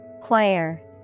Choir